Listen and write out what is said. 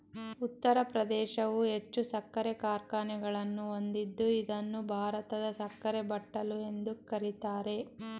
ಉತ್ತರ ಪ್ರದೇಶವು ಹೆಚ್ಚು ಸಕ್ಕರೆ ಕಾರ್ಖಾನೆಗಳನ್ನು ಹೊಂದಿದ್ದು ಇದನ್ನು ಭಾರತದ ಸಕ್ಕರೆ ಬಟ್ಟಲು ಎಂದು ಕರಿತಾರೆ